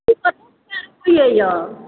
अइ